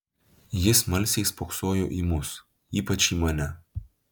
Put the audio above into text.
ji smalsiai spoksojo į mus ypač į mane